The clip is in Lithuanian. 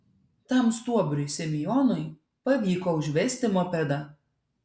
tam stuobriui semionui pavyko užvesti mopedą